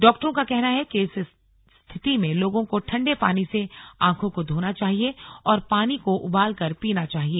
डॉक्टरों का कहना है कि इस स्थिति में लोगों को ठंडे पानी से आंखों को धोना चाहिए और पानी को उबाल कर पीना चाहिए